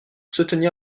soutenir